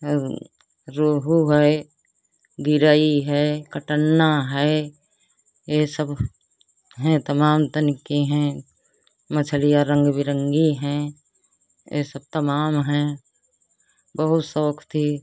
और रोहू है गिरई है कट्टन्ना है यह सब है तमान तन की है मछलियाँ रंग बिरंगी हैं यह सब तमाम है बहुत शौक थी